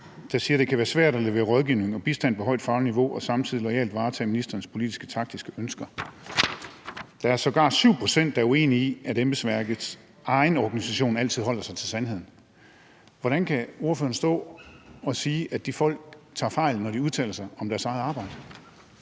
der siger, at det kan være svært at levere rådgivning og bistand på et højt fagligt niveau og samtidig loyalt varetage ministerens politisk-taktiske ønsker. Der er sågar 7 pct., der er uenige i, at embedsværkets egen organisation altid holder sig til sandheden. Hvordan kan ordføreren stå og sige, at de folk tager fejl, når de udtaler sig om deres eget arbejde?